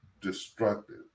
destructive